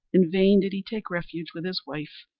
in vain did he take refuge with his wife,